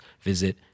visit